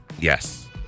Yes